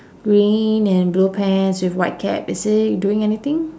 green and blue pants with white cap is he doing anything